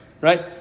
right